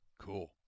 Cool